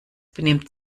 benimmt